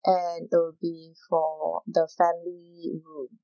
and it'll be for the family room